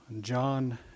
John